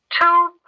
Two